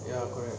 ya correct